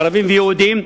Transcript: ערבים ויהודים,